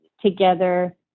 together